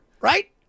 right